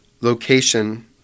location